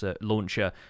launcher